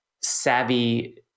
savvy